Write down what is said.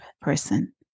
person